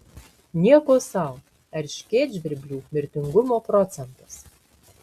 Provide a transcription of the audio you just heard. nieko sau erškėtžvirblių mirtingumo procentas